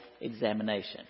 examination